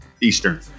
Eastern